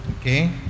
Okay